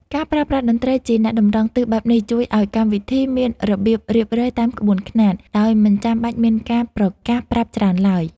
ការប្រើប្រាស់តន្ត្រីជាអ្នកតម្រង់ទិសបែបនេះ ជួយឱ្យកម្មវិធីមានរបៀបរៀបរយតាមក្បួនខ្នាត ដោយមិនចាំបាច់មានការប្រកាសប្រាប់ច្រើនឡើយ